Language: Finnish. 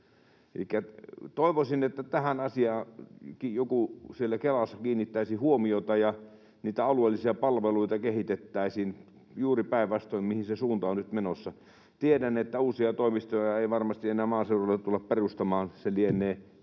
toivoisin, että tähän asiaan joku siellä Kelassa kiinnittäisi huomiota ja niitä alueellisia palveluita kehitettäisiin juuri päinvastoin kuin mihin se suunta on nyt menossa. Tiedän, että uusia toimistoja ei varmasti enää maaseudulle tulla perustamaan, se lienee